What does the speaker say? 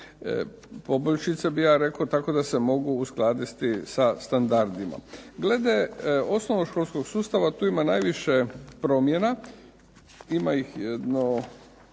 poboljšice bi ja rekao, tako da se mogu uskladiti sa standardima. Glede osnovnoškolskog sustava tu ima najviše promjena, ima ih jedno